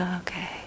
okay